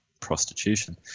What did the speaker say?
prostitution